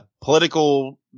political